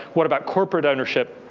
what about corporate ownership.